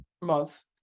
month